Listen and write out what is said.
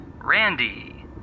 Randy